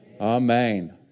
Amen